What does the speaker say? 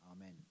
Amen